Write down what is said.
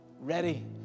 ready